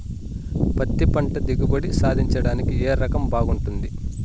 పత్తి పంట దిగుబడి సాధించడానికి ఏ రకం బాగుంటుంది?